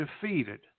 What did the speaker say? defeated